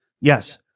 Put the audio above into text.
Yes